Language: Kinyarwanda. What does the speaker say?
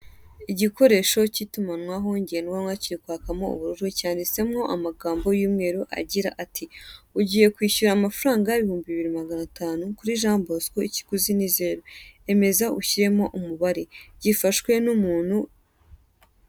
Igikoresho cy'itumanaho ngendanwa kiri kwakamo ubururu, cyanditswemo amagambo y'umweru agira ati "Ugiye kwishyura amafaranga ibihumbi bibiri magana atanu kuri Jean Bosco, ikiguzi ni zeru. Emeza ushyiramo umubare. " Gifashwe n'umuntu.